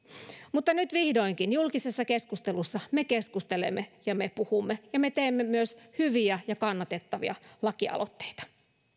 mutta nyt vihdoinkin julkisessa keskustelussa me keskustelemme ja me puhumme ja me teemme myös hyviä ja kannatettavia lakialoitteita